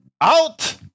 Out